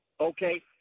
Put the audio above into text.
Okay